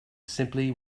simply